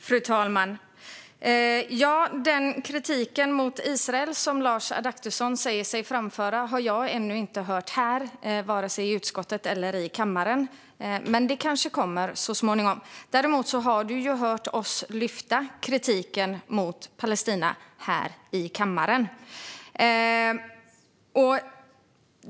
Fru talman! Den kritik mot Israel som Lars Adaktusson säger sig framföra har jag ännu inte hört, vare sig i utskottet eller här i kammaren. Men det kanske kommer så småningom. Däremot har man hört oss lyfta upp kritiken mot Palestina här i kammaren.